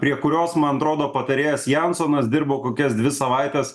prie kurios man atrodo patarėjas jansonas dirbo kokias dvi savaites